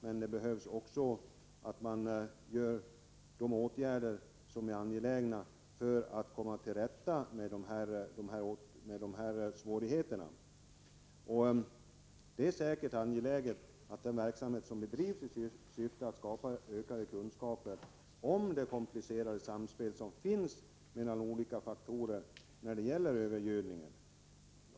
Men det är också nödvändigt att vidta andra erforderliga åtgärder, så att vi kan komma till rätta med svårigheterna på det här området. Och visst kan den verksamhet vara angelägen som bedrivs i syfte att ge oss ökade kunskaper om det komplicerade samspelet mellan olika faktorer när det gäller övergödningen.